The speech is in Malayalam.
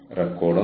succession planning